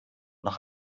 noch